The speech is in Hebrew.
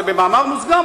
וזה במאמר מוסגר,